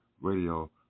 radio